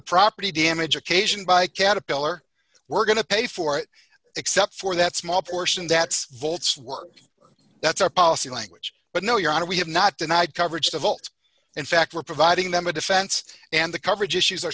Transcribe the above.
property damage occasioned by caterpillar we're going to pay for it except for that small portion that's volts work that's our policy language but no your honor we have not denied coverage of all in fact we're providing them a defense and the coverage issues are